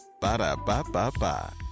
Ba-da-ba-ba-ba